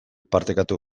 partekatu